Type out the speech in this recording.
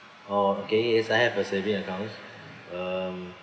orh okay yes I have a saving account um